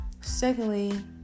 secondly